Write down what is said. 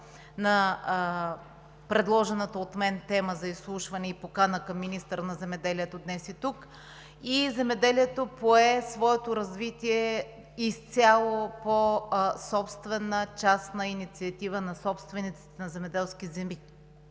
на предложената от мен тема за изслушване и покана към министъра на земеделието днес и тук. Земеделието пое своето развитие изцяло по собствена частна инициатива на собствениците на земеделски земи,